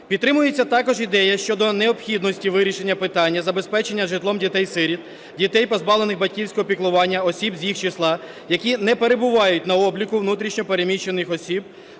Підтримується також ідея щодо необхідності вирішення питання забезпечення житлом дітей-сиріт, дітей, позбавлених батьківського піклування, осіб з їх числа, які не перебувають на обліку внутрішньо переміщених осіб,